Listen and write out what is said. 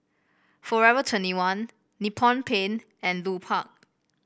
Forever twenty one Nippon Paint and Lupark